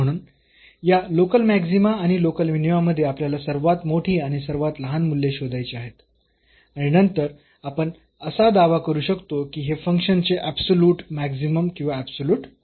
म्हणून या local maxima आणि लोकल मिनीमा मध्ये आपल्याला सर्वात मोठी आणि सर्वात लहान मूल्ये शोधायची आहेत आणि नंतर आपण असा दावा करू शकतो की हे फंक्शन चे ऍबसोल्युट मॅक्सिमम किंवा ऍबसोल्युट मिनिमम आहे